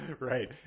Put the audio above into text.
Right